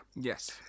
Yes